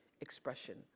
expression